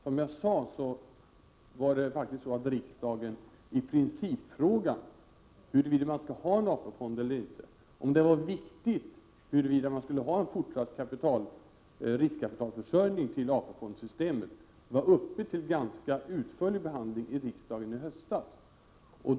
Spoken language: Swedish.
Som jag sade var det faktiskt så att principfrågan, huruvida man skulle ha en AP-fond eller inte, om det var viktigt huruvida man skulle ha en fortsatt riskkapitalförsörjning till AP-fondssystemet, var uppe till en ganska utförlig behandling i riksdagen i höstas.